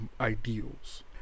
ideals